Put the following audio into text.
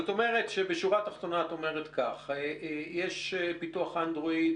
זאת אומרת שבשורה תחתונה את אומרת כך: יש פיתוח אנדרואיד,